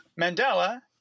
Mandela